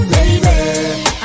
Baby